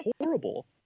horrible